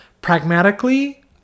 pragmatically